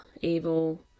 evil